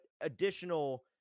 additional